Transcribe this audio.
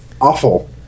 awful